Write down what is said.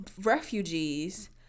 refugees